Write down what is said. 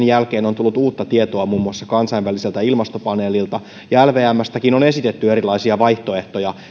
jälkeen on tullut uutta tietoa muun muassa kansainväliseltä ilmastopaneelilta ja lvmstäkin on esitetty erilaisia vaihtoehtoja